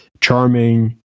charming